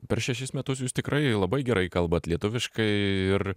per šešis metus jūs tikrai labai gerai kalbat lietuviškai ir